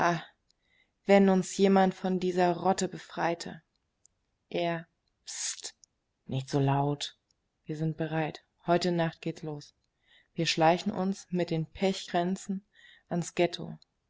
wenn uns jemand von dieser rotte befreite er pst nicht so laut wir sind bereit heute nacht geht's los wir schleichen uns mit den pechkränzen ans ghetto